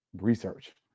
research